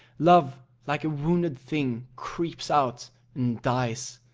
love like a wounded thing creeps out and dies.